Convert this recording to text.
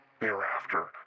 thereafter